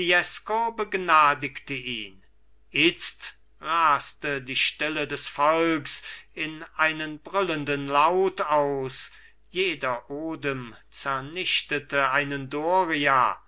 begnadigte ihn itzt raste die stille des volks in einen brüllenden laut aus jeder odem zernichtete einen doria